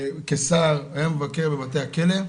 כשר היה מבקר בבתי הכלא,